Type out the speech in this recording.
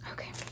Okay